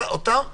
אותן מדרגות,